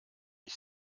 ich